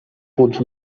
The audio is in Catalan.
punts